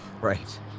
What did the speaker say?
right